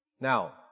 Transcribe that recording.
Now